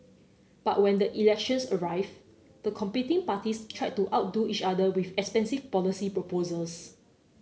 but when the elections arrived the competing parties tried to outdo each other with expensive policy proposals